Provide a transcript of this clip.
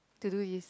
to do this